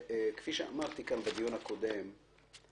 כפי שאמרתי כאן בדיון הקודם,